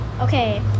Okay